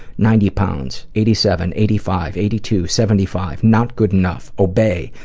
ninety pounds, eighty seven, eighty five, eighty two, seventy five. not good enough. obey.